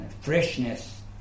freshness